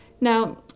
now